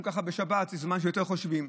שבת זה זמן שאנחנו יותר חושבים.